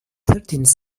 thirteenth